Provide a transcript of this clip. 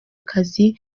akazi